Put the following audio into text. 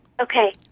Okay